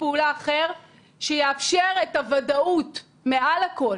פעולה אחר שיאפשר את הוודאות מעל הכול.